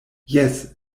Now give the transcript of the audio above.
jes